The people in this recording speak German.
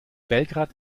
belgrad